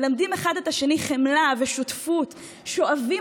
מלמדים אחד את השני חמלה ושותפות ושואבים